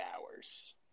hours